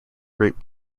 grape